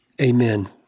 Amen